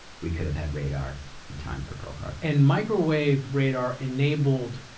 we could have had radar in time for pearl harbor. and microwave radar enabled,